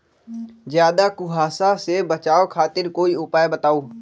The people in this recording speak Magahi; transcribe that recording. ज्यादा कुहासा से बचाव खातिर कोई उपाय बताऊ?